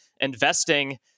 investing